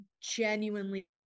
genuinely